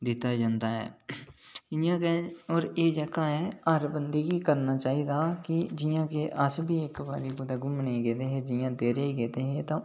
दित्ता जंदा ऐ इ'यां गै एह् जेह्का ऐ एह् करना चाहिदा जि'यां के अस बी इक बारी कुतै घुम्मने गी गेदे हे जि'यां देरे गी गेदे हे तां